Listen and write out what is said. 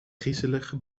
griezelige